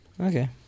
Okay